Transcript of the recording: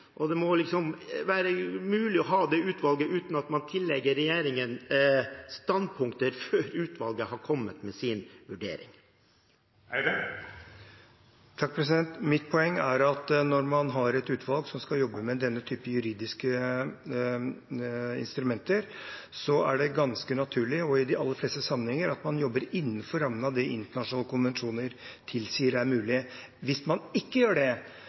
og det må være mulig å ha det utvalget uten at man tillegger regjeringen standpunkter før utvalget har kommet med sin vurdering. Mitt poeng er at når man har et utvalg som skal jobbe med denne type juridiske instrumenter, er det ganske naturlig i de aller fleste sammenhenger at man jobber innenfor rammen av det internasjonale konvensjoner tilsier er mulig. Hvis man ikke gjør det,